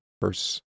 verse